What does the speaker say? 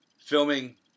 filming